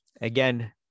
Again